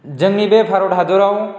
जोंनि बे भारत हादोराव